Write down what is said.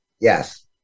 Yes